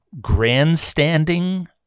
grandstanding